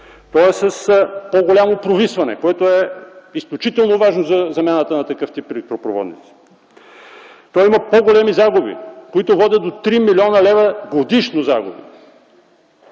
Той е с по-голямо провисване, което е изключително важно при замяната на такъв тип електропроводници. Той има по-големи загуби, които водят до годишни загуби